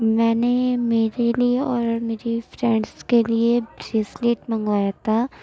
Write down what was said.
میں نے میرے لیے اور میری فرینڈس کے لیے بریسلیٹ منگایا تھا